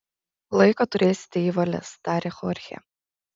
laiko turėsite į valias tarė chorchė